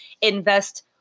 invest